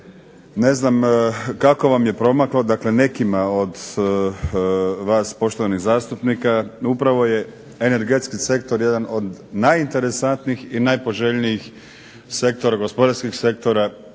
ne znam kako vam je promaklo, dakle nekima od vas poštovanih zastupnika, upravo je energetski sektor jedan od najinteresantnijih i najpoželjnijih gospodarskih sektora